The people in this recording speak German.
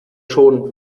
schon